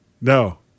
No